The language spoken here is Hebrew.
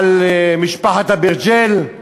על משפחת אברג'יל?